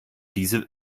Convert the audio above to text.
diese